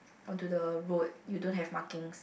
on to the road you don't have markings